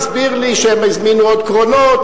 הסביר לי שהם הזמינו עוד קרונות,